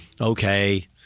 Okay